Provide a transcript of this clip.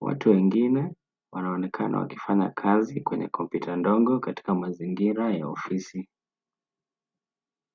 Watu wengine wanaonekana wakifanya kazi kwenye kompyuta ndogo kwenye mazingira ya ofisi.